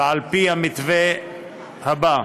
ועל-פי המתווה הבא: